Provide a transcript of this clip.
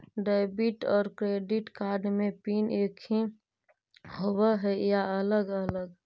Debit और credit card के PIN एकही होव हइ या अलग अलग?